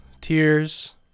tears